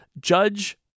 Judge